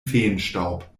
feenstaub